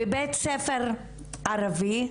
בבית ספר ערבי,